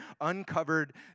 uncovered